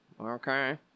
okay